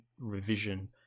revision